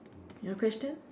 your question